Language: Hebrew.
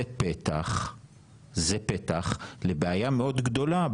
זה פתח לבעיה מאוד גדולה,